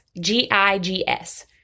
G-I-G-S